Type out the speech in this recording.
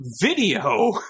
video